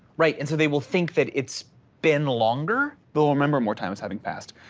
right, and so they will think that it's been longer. they'll remember, more time as having past.